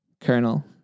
Colonel